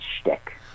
shtick